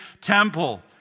temple